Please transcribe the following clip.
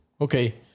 Okay